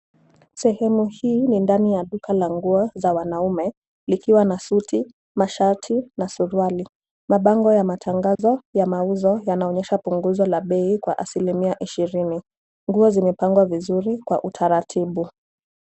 Sehemu hii ni ndani la duka la nguo za wanaume likiwa na suti, mashati na suruali. Mabango ya matangazo ya mauzo yanaonyesha punguzo la bei kwa asilimia ishirini. Nguo zimepangwa vizuri kwa utaratibu.